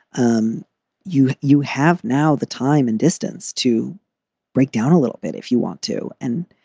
um you you have now the time and distance to break down a little bit if you want to. and